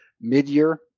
mid-year